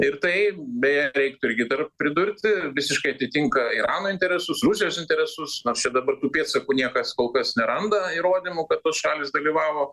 ir tai beje reiktų irgi dar pridurti visiškai atitinka irano interesus rusijos interesus nors čia dabar tų pėdsakų niekas kol kas neranda įrodymų kad tos šalys dalyvavo